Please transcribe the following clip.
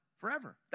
forever